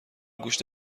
گوشت